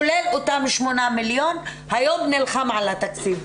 כולל אותם 8 מיליון, היום נלחם על התקציב.